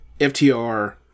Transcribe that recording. FTR